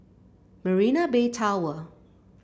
Marina Bay Tower